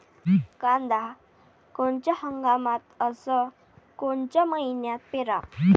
कांद्या कोनच्या हंगामात अस कोनच्या मईन्यात पेरावं?